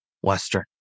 Western